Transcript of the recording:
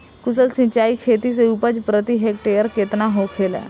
कुशल सिंचाई खेती से उपज प्रति हेक्टेयर केतना होखेला?